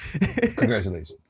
Congratulations